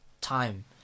Time